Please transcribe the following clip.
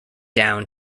down